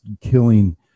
killing